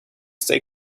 stay